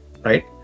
right